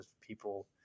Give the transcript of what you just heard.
people